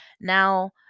Now